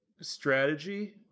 strategy